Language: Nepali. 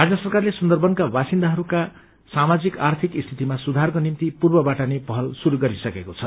राज्य सरकारले सुन्दरबनका वासिन्दाहरूका सामाजिक आर्थिक स्थितिमा सुधारको निभ्ति पूर्वबाट नै पहत शुरू गरिसकेको छ